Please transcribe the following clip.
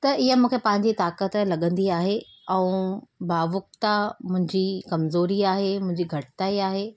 त ईअं मूंखे पंहिंजी ताक़त लॻंदी आहे ऐं भावुकता मुंहिंजी कमज़ोरी आहे मुंहिंजी घटिताई आहे